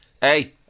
Hey